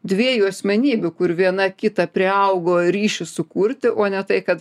dviejų asmenybių kur viena kitą priaugo ryšį sukurti o ne tai kad